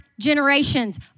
generations